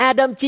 Adam